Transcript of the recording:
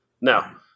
Now